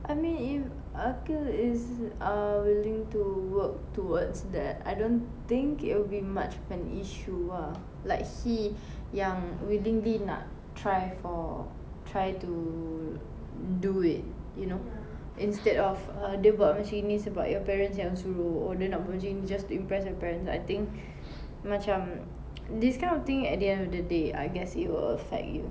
I mean if aqil is uh willing to work towards that I don't think it'll be much of an issue ah like he yang willingly nak try for try to do it you know instead of err dia buat macam gini sebab your parents macam suruh or dia buat macam gini just to impress your parents I think macam this kind of thing at the end of the day I guess it will affect you